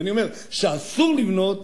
ואני אומר שאסור לבנות,